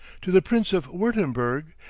to the prince of wurtemberg,